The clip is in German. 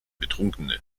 betrunkene